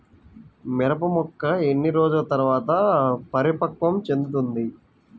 మిరప మొక్క ఎన్ని రోజుల తర్వాత పరిపక్వం చెందుతుంది?